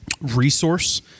Resource